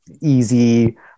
easy